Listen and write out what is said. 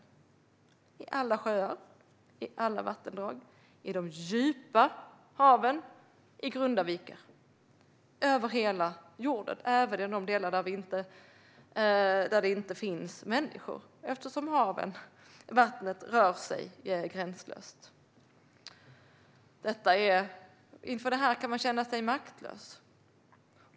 Det finns i alla sjöar, i alla vattendrag, i de djupa haven och i grunda vikar över hela jorden, även i de delar där det inte finns människor eftersom vattnet rör sig gränslöst. Inför det här kan man känna sig maktlös.